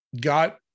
got